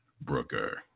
Brooker